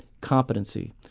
competency